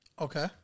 Okay